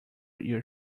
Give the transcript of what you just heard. your